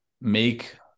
make